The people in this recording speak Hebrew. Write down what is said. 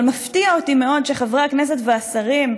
אבל מפתיע אותי מאוד שחברי הכנסת והשרים,